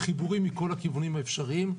חיבורים מכל הכיוונים האפשריים.